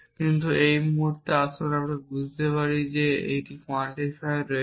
কিন্তু এই মুহুর্তে আসুন আমরা বুঝতে পারি এবং বলি যে কোয়ান্টিফায়ার রয়েছে